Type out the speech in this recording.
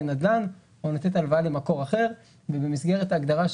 מה ההבדל בין אחד שמשקיע בחברה בבורסה,